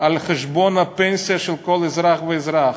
חשבון הפנסיה של כל אזרח ואזרח.